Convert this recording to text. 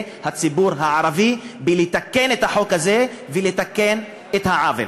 הציבור הערבי לתקן את החוק הזה ולתקן את העוול.